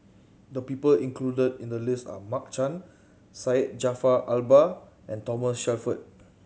the people included in the list are Mark Chan Syed Jaafar Albar and Thomas Shelford